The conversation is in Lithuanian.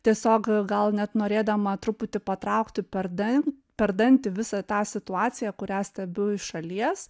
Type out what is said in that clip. tiesiog gal gal net norėdama truputį patraukti per dan per dantį visą tą situaciją kurią stebiu iš šalies